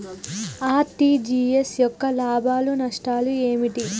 RTGS యొక్క లాభాలు నష్టాలు ఏమిటి?